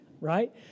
right